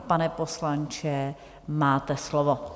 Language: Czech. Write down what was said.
Pane poslanče, máte slovo.